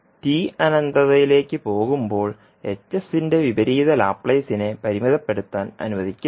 t അനന്തതയിലേക്ക് പോകുമ്പോൾ Hന്റെ വിപരീത ലാപ്ലേസിനെ പരിമിതപ്പെടുത്താൻ അനുവദിക്കില്ല